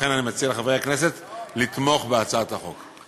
לכן, אני מציע לחברי הכנסת לתמוך בהצעת החוק.